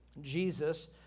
Jesus